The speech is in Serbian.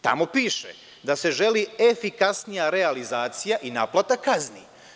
Tamo piše da se želi efikasnija realizacija i naplata kazni.